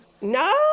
No